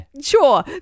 Sure